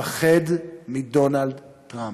מפחד מדונלד טראמפ.